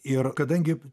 ir kadangi